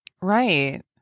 Right